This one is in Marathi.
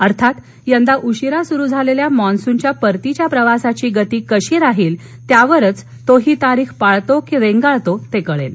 अर्थात यंदा उशीरा सुरू झालेल्या मान्सूनच्या परतीच्या प्रवासाची गती कशी राहील त्यावर तो ही तारिख पाळतो की रेंगाळतो ते कळेल